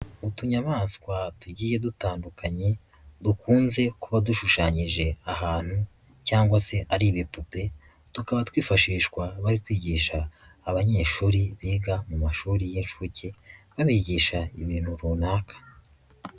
Utunyamaswa tugiye dutandukanye dukunze kuba dushushanyije ahantu cyangwa se ari ibipupe, tukaba twifashishwa bari kwigisha abanyeshuri biga mu mashuri y'inshuke, babigisha ibintu runaka.